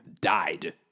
died